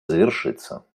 завершиться